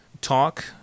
Talk